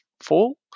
fall